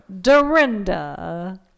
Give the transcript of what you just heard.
dorinda